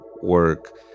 work